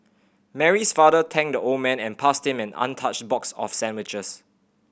Mary's father thanked the old man and passed him an untouched box of sandwiches